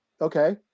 Okay